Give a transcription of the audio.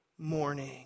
morning